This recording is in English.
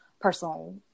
personal